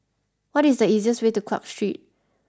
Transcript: what is the easiest way to Clarke Street